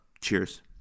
Cheers